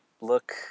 look